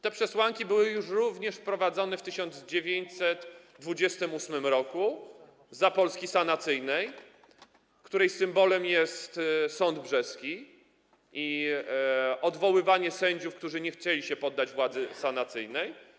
Te przesłanki były już wprowadzone w 1928 r. w Polsce sanacyjnej, której symbolem jest sąd brzeski i odwoływanie sędziów, którzy nie chcieli się poddać władzy sanacyjnej.